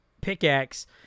pickaxe